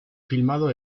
filmado